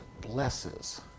blesses